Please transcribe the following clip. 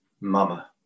mama